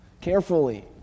carefully